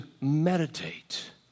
meditate